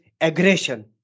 aggression